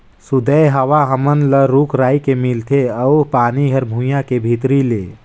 सुदय हवा हर हमन ल रूख राई के मिलथे अउ पानी हर भुइयां के भीतरी ले